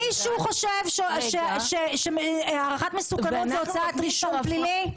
מישהו חושב שהערכת מסוכנות זה הוצאת רישום פלילי?